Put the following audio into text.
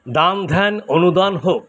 দান ধ্যান অনুদান হোক